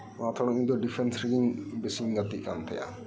ᱚᱱᱟ ᱛᱷᱚᱨᱚᱝ ᱤᱧᱫᱚ ᱰᱤᱯᱷᱮᱱᱥ ᱨᱮᱜᱤ ᱵᱮᱥᱤᱧ ᱜᱟᱛᱤᱠ ᱠᱟᱱᱛᱟᱦᱮᱸᱜᱼᱟ